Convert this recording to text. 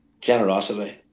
generosity